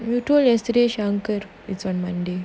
burrito yesterday shankar it's on monday